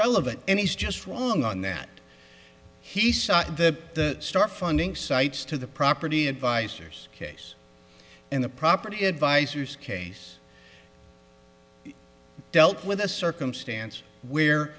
relevant and he's just wrong on that he saw the start funding sites to the property advice years case and the property advisors case dealt with a circumstance where